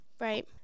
Right